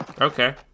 Okay